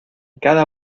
cada